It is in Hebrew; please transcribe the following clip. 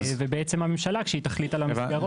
כשהממשלה תחליט על המסגרות --- דניאל,